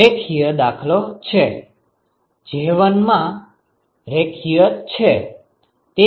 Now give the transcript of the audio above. તે રેખીય દાખલો છે J માં રેખીય છે